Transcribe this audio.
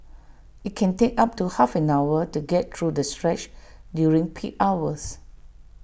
IT can take up to half an hour to get through the stretch during peak hours